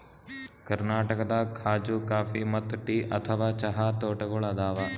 ಕರ್ನಾಟಕದಾಗ್ ಖಾಜೂ ಕಾಫಿ ಮತ್ತ್ ಟೀ ಅಥವಾ ಚಹಾ ತೋಟಗೋಳ್ ಅದಾವ